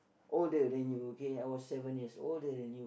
older than you okay I was seven years older than you